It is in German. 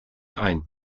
ein